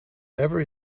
every